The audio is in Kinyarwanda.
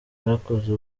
bakoze